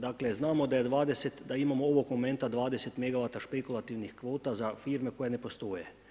Dakle, znamo da imamo ovog momenta 20 megavata špekulativnih kvota za firme koje ne postoje.